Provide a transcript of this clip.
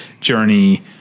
journey